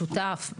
שותף,